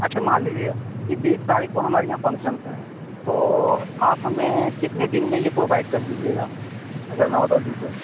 اچھا مان لیجیے گا کہ بیس تاریخ کو ہمارے یہاں فنکشنس ہیں تو آپ ہمیں کتنے دن میں یہ پرووائڈ کر دیجیے گا اگر میں آرڈر دوں تو